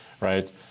right